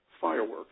fireworks